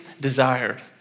desired